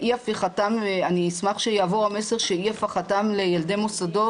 אני אשמח שיעבור המסר שאי הפיכתם לילדי מוסדות